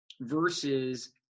versus